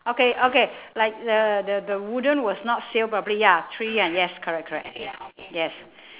okay okay like the the the wooden was not sealed properly ya three one ya correct correct yes